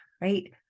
right